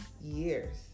years